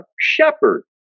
shepherd